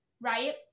right